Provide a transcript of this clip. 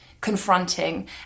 confronting